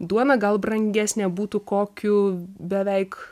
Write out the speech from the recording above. duona gal brangesnė būtų kokiu beveik